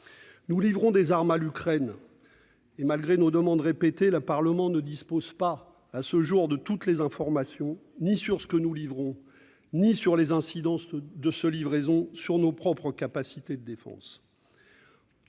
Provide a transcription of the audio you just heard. Nous livrons des armes à l'Ukraine. Malgré nos demandes répétées, le Parlement ne dispose pas, à ce jour, de toutes les informations, ni sur ce que nous livrons ni sur les incidences de ces livraisons sur nos propres capacités de défense.